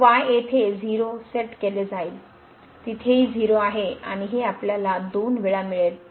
तर y येथे 0 set केले जाईल तिथेही 0 आहे आणि हे आपल्याला 2 वेळा मिळेल